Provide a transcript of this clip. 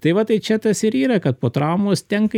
tai va tai čia tas ir yra kad po traumos tenka